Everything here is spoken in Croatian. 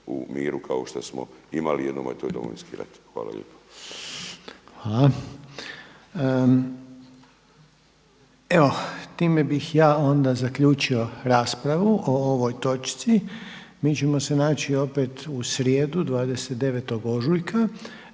u miru kao što smo imali jednom, a to je Domovinski rat. Hvala lijepo. **Reiner, Željko (HDZ)** Hvala. Evo time bih ja onda zaključio raspravu o ovoj točci. Mi ćemo se naći opet u srijedu 29. ožujka.